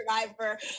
survivor